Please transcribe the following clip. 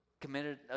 committed